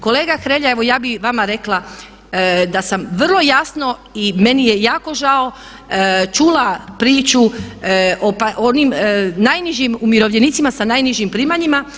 Kolega Hrelja, evo ja bi vama rekla da sam vrlo jasno i meni je jako žao, čula priču o onim najnižim umirovljenicima sa najnižim primanjima.